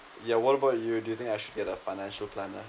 ya what about you do you think I should get a financial planner